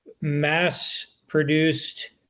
mass-produced